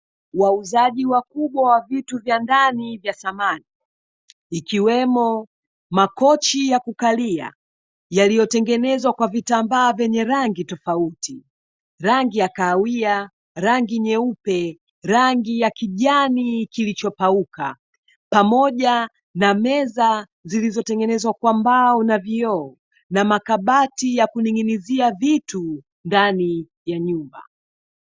Wauzaji wakubwa wa vitu vya ndani vya samani ikiwemo makochi ya kukalia yaliyotengenezwa kwa vitambaa vyenye rangi tofauti; rangi ya kahawia, rangi nyeupe, rangi ya kijani kilichopauka, pamoja na meza zilizotengenezwa kwa mbao na vioo, na makabati ya kuning'inizia vitu ndani ya nyumba.